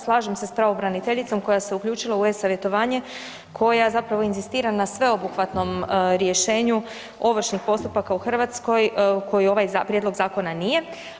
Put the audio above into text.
Slažem se s pravobraniteljicom koja se uključila u e-savjetovanje, koja zapravo inzistira na sveobuhvatnom rješenju ovršnih postupaka u Hrvatskoj koji ovaj prijedlog zakona nije.